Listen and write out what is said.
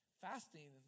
Fasting